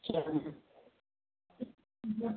अच्छा